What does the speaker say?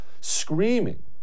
screaming